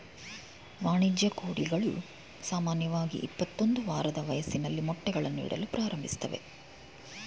ವಾಣಿಜ್ಯ ಕೋಳಿಗಳು ಸಾಮಾನ್ಯವಾಗಿ ಇಪ್ಪತ್ತೊಂದು ವಾರದ ವಯಸ್ಸಲ್ಲಿ ಮೊಟ್ಟೆಗಳನ್ನು ಇಡಲು ಪ್ರಾರಂಭಿಸ್ತವೆ